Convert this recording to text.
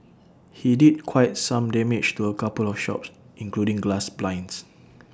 he did quite some damage to A couple of shops including glass blinds